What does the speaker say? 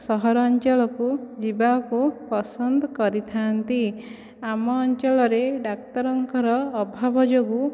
ସହରାଞ୍ଚଳକୁ ଯିବାକୁ ପସନ୍ଦ କରିଥାନ୍ତି ଆମ ଅଞ୍ଚଳରେ ଡାକ୍ତରଙ୍କର ଅଭାବ ଯୋଗୁଁ